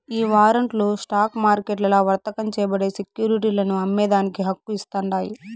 ఈ వారంట్లు స్టాక్ మార్కెట్లల్ల వర్తకం చేయబడే సెక్యురిటీలను అమ్మేదానికి హక్కు ఇస్తాండాయి